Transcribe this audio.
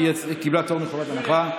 היא קיבלה פטור מחובת הנחה.